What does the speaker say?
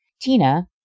Tina